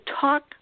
talk